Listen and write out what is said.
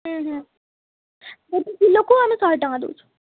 ହୁଁ ହୁଁ ଆମେ ଶହେ ଟଙ୍କା ଦେଉଛୁ